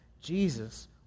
Jesus